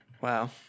Wow